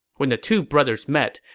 when the two brothers met,